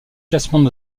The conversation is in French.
classements